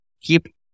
Keep